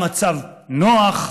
המצב נוח,